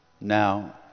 Now